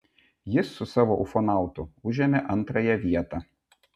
jis su savo ufonautu užėmė antrąją vietą